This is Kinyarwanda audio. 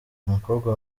umukobwa